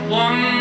one